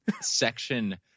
section